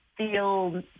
feel